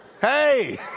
Hey